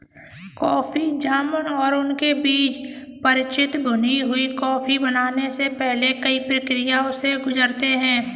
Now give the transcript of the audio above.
coffee जामुन और उनके बीज परिचित भुनी हुई कॉफी बनने से पहले कई प्रक्रियाओं से गुजरते हैं